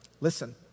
listen